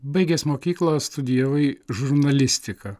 baigęs mokyklą studijavai žurnalistiką